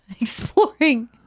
Exploring